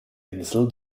insel